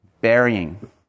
Burying